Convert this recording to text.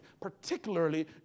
particularly